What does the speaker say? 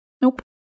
Nope